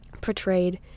portrayed